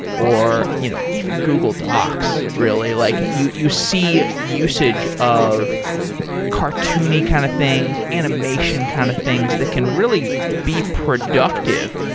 or you know even google docs, really. like you you see usage of cartoony kind of things, animation kind of things that can really be productive.